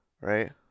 Right